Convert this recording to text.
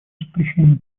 запрещении